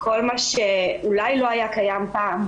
כל מה שאולי לא היה קיים פעם,